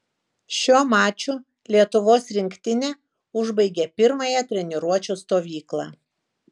šiuo maču lietuvos rinktinė užbaigė pirmąją treniruočių stovyklą